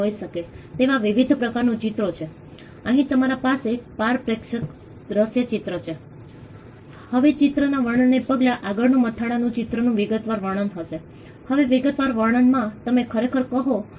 જે ખૂટે છે તે એ છે કે આપણે સમુદાયોની ભાગીદારીની શોધ કરી રહ્યા છીએ પરંતુ ભાગ લેવાનો અર્થ શું છે તે નિર્ધારિત કરવામાં સમુદાય ક્યારેય સામેલ થયો ન હતો